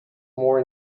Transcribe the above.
more